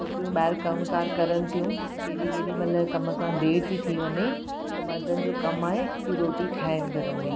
छोकिरियूं ॿाहिरि कमु कारि करण थियूं केॾी केॾी महिल कम खां देर थी थी वञे त मर्दनि जो कमु आहे कि रोटी ठाहिणु घर में